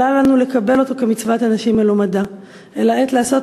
אבל אל לנו לקבל אותו כמצוות אנשים מלומדה אלא "עת לעשות